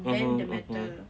mmhmm mmhmm